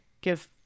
give